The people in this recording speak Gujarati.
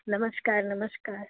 નમસ્કાર નમસ્કાર